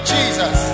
Jesus